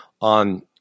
on